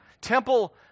Temple